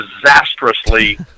disastrously